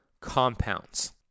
compounds